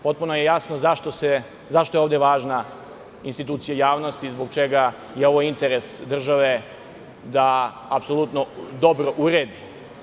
Potpuno je jasno zašto je ovde važna institucija javnosti i zbog čega je interes države da ovo apsolutno dobro uredi.